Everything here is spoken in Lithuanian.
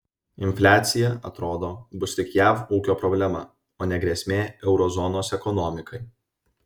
infliacija atrodo bus tik jav ūkio problema o ne grėsmė euro zonos ekonomikai